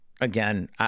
Again